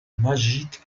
magique